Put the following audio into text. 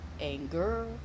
anger